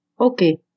okay